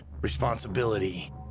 responsibility